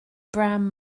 brown